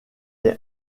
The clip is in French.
est